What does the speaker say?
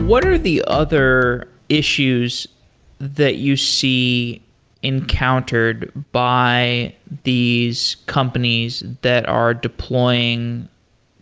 what are the other issues that you see encountered by these companies that are deploying